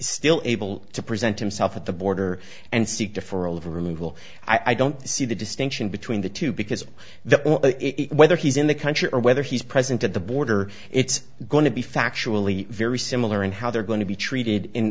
still able to present himself at the border and seek to for all of removal i don't see the distinction between the two because the whether he's in the country or whether he's present at the border it's going to be factually very similar in how they're going to be treated in